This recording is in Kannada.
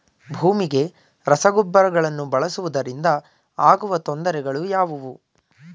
ಭೂಮಿಗೆ ರಸಗೊಬ್ಬರಗಳನ್ನು ಬಳಸುವುದರಿಂದ ಆಗುವ ತೊಂದರೆಗಳು ಯಾವುವು?